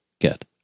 get